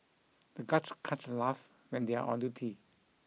the guards can't laugh when they are on duty